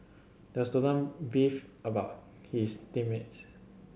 the student beefed about his team mates